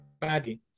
badly